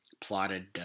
plotted